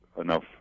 enough